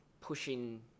pushing